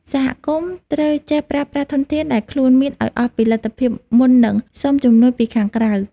សហគមន៍ត្រូវចេះប្រើប្រាស់ធនធានដែលខ្លួនមានឱ្យអស់ពីលទ្ធភាពមុននឹងសុំជំនួយពីខាងក្រៅ។